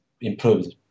improved